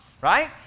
right